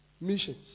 missions